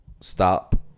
stop